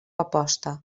aposta